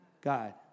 God